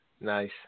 nice